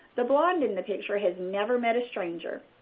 the blond in the picture, has never met a stranger.